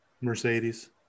Mercedes